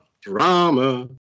Drama